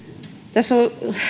tässä on